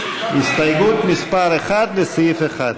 הסתייגות מס' 1, לסעיף 1,